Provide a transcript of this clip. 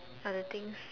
other things